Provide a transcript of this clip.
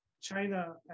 China